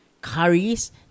curries